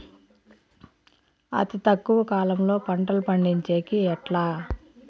అతి తక్కువ కాలంలో పంటలు పండించేకి ఎట్లా?